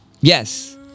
Yes